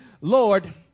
Lord